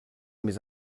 mes